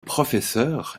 professeur